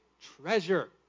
treasure